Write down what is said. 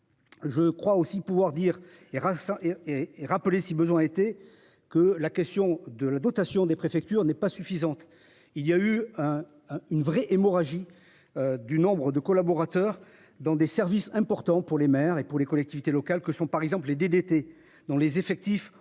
Je crois aussi pouvoir dire et et et et rappeler si besoin était, que la question de la dotation des préfectures n'est pas suffisante. Il y a eu un une vraie hémorragie. Du nombre de collaborateurs dans des services importants pour les maires et pour les collectivités locales que sont par exemple les DDT dont les effectifs ont fondu comme